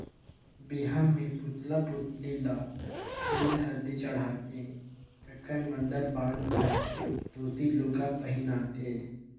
बिहा मे पुतला पुतली ल तेल हरदी चढ़ाथे ककन मडंर बांध कर धोती लूगा पहिनाथें